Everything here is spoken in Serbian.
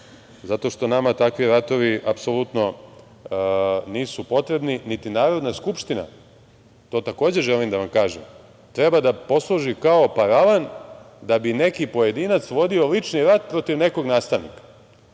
zato što nama takvi ratovi apsolutno nisu potrebni, niti Narodna skupština, to takođe želim da vam kažem, treba da posluži kao paravan da bi neki pojedinac vodio lični rat protiv nekog nastavnika.